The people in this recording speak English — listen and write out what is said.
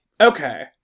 Okay